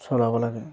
চলাব লাগে